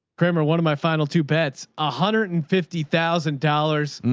kramer. one of my final two bets, ah, hundred and fifty thousand dollars.